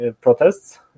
protests